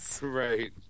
Right